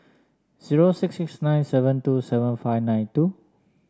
zero six six nine seven two seven five nine two